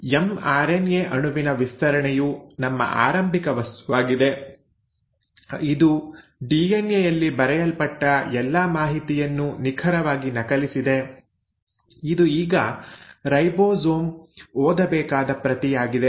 ಈ ಎಂಆರ್ಎನ್ಎ ಅಣುವಿನ ವಿಸ್ತರಣೆಯು ನಮ್ಮ ಆರಂಭಿಕ ವಸ್ತುವಾಗಿದೆ ಇದು ಡಿಎನ್ಎ ಯಲ್ಲಿ ಬರೆಯಲ್ಪಟ್ಟ ಎಲ್ಲಾ ಮಾಹಿತಿಯನ್ನು ನಿಖರವಾಗಿ ನಕಲಿಸಿದೆ ಇದು ಈಗ ರೈಬೋಸೋಮ್ ಓದಬೇಕಾದ ಪ್ರತಿಯಾಗಿದೆ